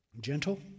Gentle